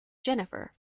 jennifer